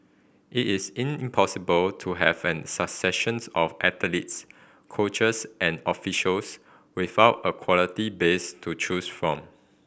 it is impossible to have a succession of athletes coaches and officials without a quality base to choose from